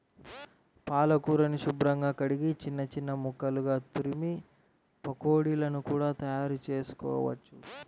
పాలకూరని శుభ్రంగా కడిగి చిన్న చిన్న ముక్కలుగా తురిమి పకోడీలను కూడా తయారుచేసుకోవచ్చు